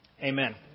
Amen